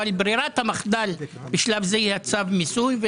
אבל ברירת המחדל בשלב זה היא צו מיסוי.